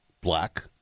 black